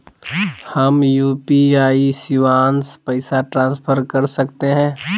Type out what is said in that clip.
हम यू.पी.आई शिवांश पैसा ट्रांसफर कर सकते हैं?